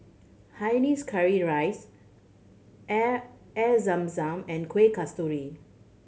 hainanese curry rice air Air Zam Zam and Kueh Kasturi